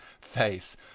face